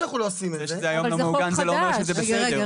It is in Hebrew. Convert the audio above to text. זה שזה היום לא מעוגן זה לא אומר שזה בסדר.